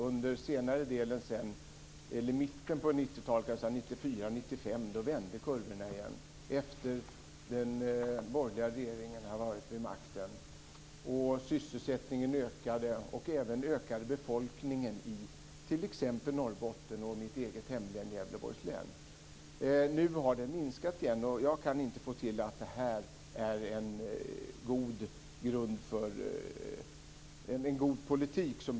Under mitten på 90-talet, 1994 och 1995, vände kurvorna igen efter att den borgerliga regeringen kommit till makten. Sysselsättningen ökade, och även befolkningen ökade, i t.ex. Norrbotten och mitt hemlän Gävleborgs län. Nu har befolkningen minskat igen, och jag kan inte få det till att det här är en god politik, som Berit Andnor säger. Berit Andnor försöker göra en stor sak av att vi halverar de regionalpolitiska stöden.